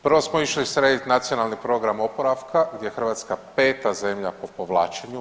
Prvo smo išli srediti Nacionalni program oporavka gdje je Hrvatska peta zemlja po povlačenju.